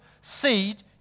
seed